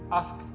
ask